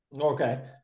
Okay